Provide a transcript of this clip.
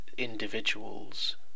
individuals